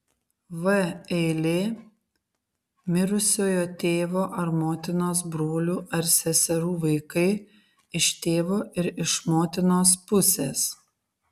v eilė mirusiojo tėvo ar motinos brolių ar seserų vaikai iš tėvo ir iš motinos pusės